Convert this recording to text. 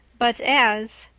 but as,